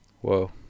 Whoa